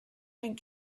and